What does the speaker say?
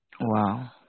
Wow